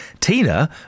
Tina